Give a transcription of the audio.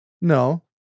No